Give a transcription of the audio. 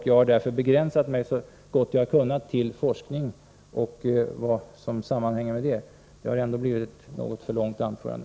Jag har därför så gott jag har kunnat begränsat mig till forskningen och vad som sammanhänger med den. Det har ändå blivit ett något för långt anförande.